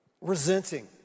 resenting